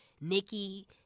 Nikki